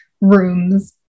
rooms